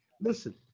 listen